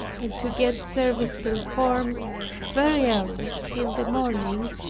and to get service performed very early in the morning,